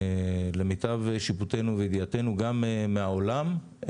למיטב שיפוטנו וידיעתנו גם מהעולם,